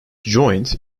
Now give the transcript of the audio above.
joint